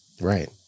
Right